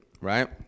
Right